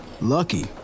Lucky